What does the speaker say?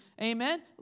Amen